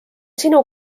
sinu